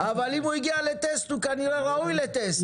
אבל אם הוא הגיע לטסט הוא כנראה ראוי לטסט,